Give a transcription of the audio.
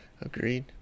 Agreed